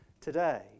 today